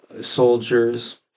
soldiers